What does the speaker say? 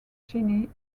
cheney